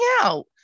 out